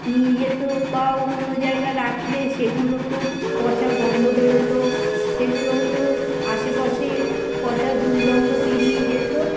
নিয়ে যেত বা অন্য জায়গায় রাখলে সেগুলোকেও পচা গন্ধ বেরোতো সেগুলো হতেও আশেপাশে পচা দুর্গন্ধ বেরিয়ে যেত